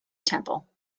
temple